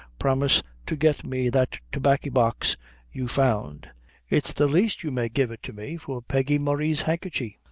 promise to get me that tobaccy-box you found it's the least you may give it to me for peggy murray's handkerchy.